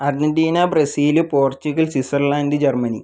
Argentina Brazil Portugal Switzerland Germany